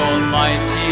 Almighty